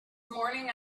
morning